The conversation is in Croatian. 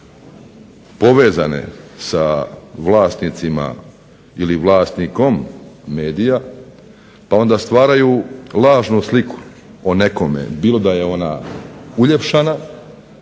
povezane sa vlasnicima ili vlasnikom medija, pa onda stvaraju lažnu sliku o nekome, bilo da je ona uljepšana,